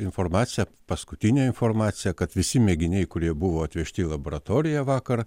informaciją paskutinę informaciją kad visi mėginiai kurie buvo atvežti į laboratoriją vakar